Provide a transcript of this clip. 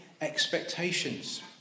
expectations